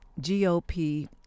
GOP